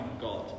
God